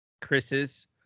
Chris's